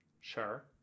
Sure